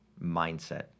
mindset